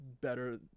better